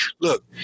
look